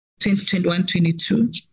2021-22